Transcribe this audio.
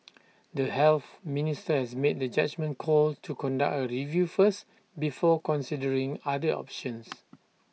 the health minister has made the judgement call to conduct A review first before considering other options